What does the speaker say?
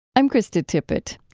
i'm krista tippett.